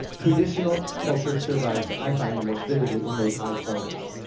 traditional culture survives, i find, the most vividly in those high corners.